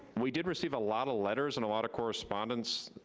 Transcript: we did receive a lot of letters and a lot of correspondence.